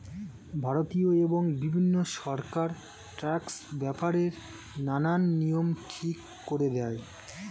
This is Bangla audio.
ভারতীয় এবং বিভিন্ন সরকার ট্যাক্সের ব্যাপারে নানান নিয়ম ঠিক করে দেয়